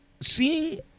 seeing